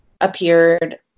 appeared